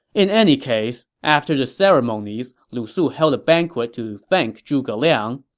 in any case, after the ceremonies, lu su held a banquet to thank zhuge liang,